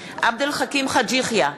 עבד אל חכים חאג' יחיא,